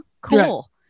Cool